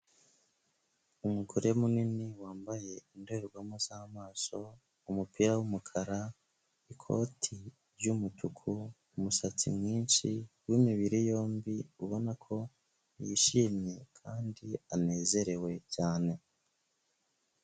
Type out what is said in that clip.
Umugore mu nini wambaye indorerwamo z'amaso, umupira w'umukara, ikoti ry'umutuku, umusatsi mwinshi, w'imibiri yombi, ubona ko yishimye kandi anezerewe cyane.